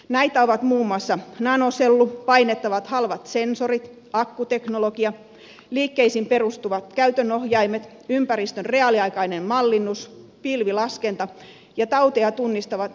näitä ovat muun muassa nanosellu painettavat halvat sensorit akkuteknologia liikkeisiin perustuvat käytönohjaimet ympäristön reaaliaikainen mallinnus pilvilaskenta ja tauteja tunnistavat biosirut